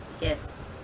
yes